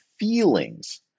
feelings